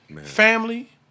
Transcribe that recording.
Family